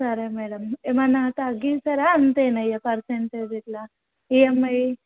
సరే మేడమ్ ఏమైన తగ్గిస్తారా అంతేనా ఇక పర్సెంటేజ్ గిట్లా ఈఎంఐ